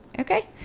Okay